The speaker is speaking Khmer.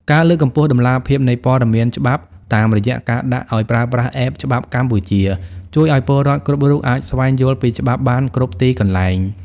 ការលើកកម្ពស់តម្លាភាពនៃព័ត៌មានច្បាប់ តាមរយៈការដាក់ឱ្យប្រើប្រាស់ App ច្បាប់កម្ពុជា ជួយឱ្យពលរដ្ឋគ្រប់រូបអាចស្វែងយល់ពីច្បាប់បានគ្រប់ទីកន្លែង។